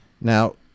Now